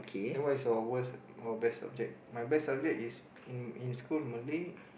then what is your worst or best subject my best subject is in in school Malay